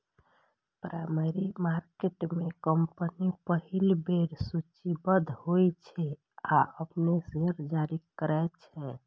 primary market में company पहिल बेर सूचीबद्ध होइ छै आ अपन शेयर जारी करै छै